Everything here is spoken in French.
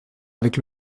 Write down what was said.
avec